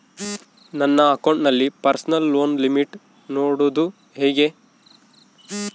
ನನ್ನ ಅಕೌಂಟಿನಲ್ಲಿ personal loan limit ನೋಡದು ಹೆಂಗೆ?